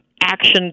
action